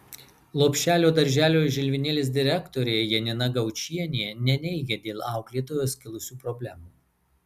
lopšelio darželio žilvinėlis direktorė janina gaučienė neneigia dėl auklėtojos kilusių problemų